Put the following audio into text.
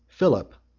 philip,